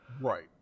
Right